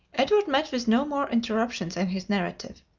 edward met with no more interruption in his narrative.